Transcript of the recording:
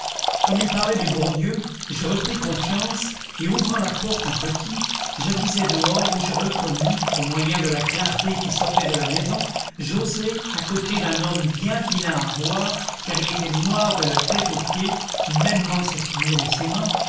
comme il parlait du bon dieu je repris confiance et ouvrant la porte un petit j'avisai dehors où je reconnus au moyen de la clarté qui sortait de la maison joset à côté d'un homme bien vilain à voir car il était noir de la tête aux pieds mêmement sa figure et ses mains